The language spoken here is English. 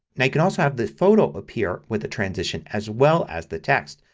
now you can also have this photo appear with a transition as well as the text.